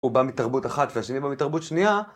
הוא בא מתרבות אחת, והשני בא מתרבות שנייה,